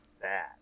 sad